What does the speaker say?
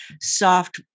soft